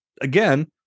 again